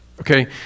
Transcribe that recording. Okay